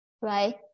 right